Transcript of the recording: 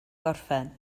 gorffen